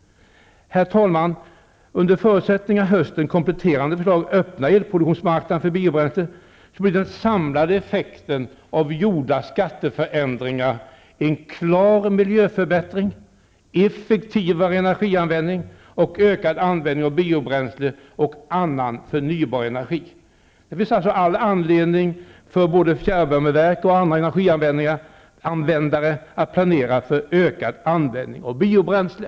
Herr talman! Under förutsättning att höstens kompletterande förslag öppnar elproduktionsmarknaden för biobränslen, blir den samlade effekten av gjorda skatteförändringar en klar miljöförbättring, effektivare energianvändning och ökad användning av biobränslen och annan förnybar energi. Det finns all anledning för fjärrvärmeverk och andra energianvändare att planera för en ökad användning av biobränslen.